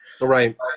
Right